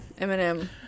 Eminem